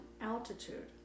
altitude